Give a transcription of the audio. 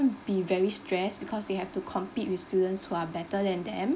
be very stressed because they have to compete with students who are better than them